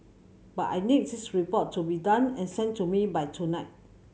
but I need this report to be done and sent to me by tonight